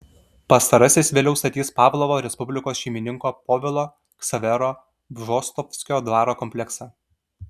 pastarasis vėliau statys pavlovo respublikos šeimininko povilo ksavero bžostovskio dvaro kompleksą